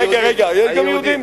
היהודים, רגע, רגע, יש גם יהודים.